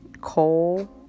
Coal